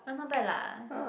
uh not bad lah